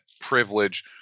privilege